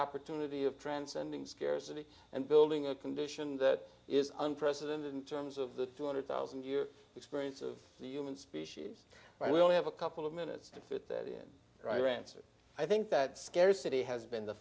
opportunity of transcending scarcity and building a condition that is unprecedented in terms of the two hundred thousand year experience of the human species i will have a couple of minutes to fit that in ransom i think that scarcity has been the